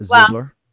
Ziegler